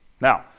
Now